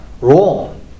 wrong